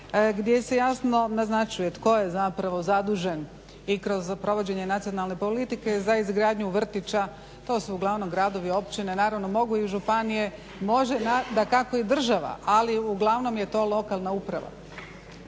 gdje se jasno naznačuje tko je zapravo zadužen i kroz provođenje nacionalne politike za izgradnju vrtića. To su uglavnom gradovi, općine, naravno mogu i županije, može dakako i država ali uglavnom je to lokalna uprava.